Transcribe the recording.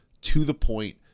to-the-point